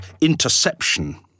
interception